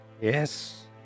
Yes